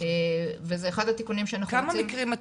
כמה מקרים את